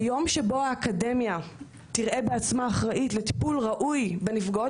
ביום שבו האקדמיה תראה בעצמה אחראית לטיפול ראוי בנפגעות